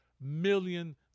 million